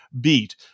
beat